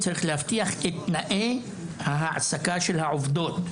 צריך להבטיח את תנאיי העסקה של העובדות,